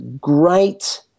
great